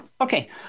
Okay